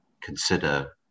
consider